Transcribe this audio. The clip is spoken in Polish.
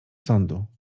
sądu